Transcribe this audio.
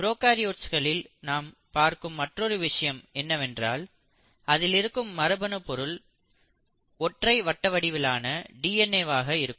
ப்ரோகாரியோட்ஸ்களில் நாம் பார்க்கும் மற்றொரு விஷயம் என்னவென்றால் அதில் இருக்கும் மரபணு பொருட்கள் ஒற்றை வட்டவடிவிலான டிஎன்ஏ வாக இருக்கும்